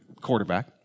quarterback